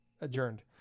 Adjourned